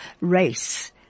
race